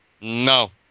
No